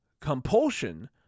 Compulsion